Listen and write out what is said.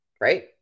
right